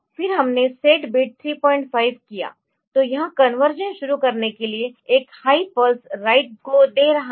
फिर हमने set bit 35 किया तो यह कन्वर्शन शुरू करने के लिए एक हाई पल्स राइट को दे रहा है